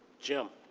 jim,